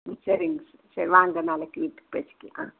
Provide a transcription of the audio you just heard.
ம் சரிங்க சரி வாங்க நாளைக்கு வீட்டுக்கு பேசிக்கலாம் ஆ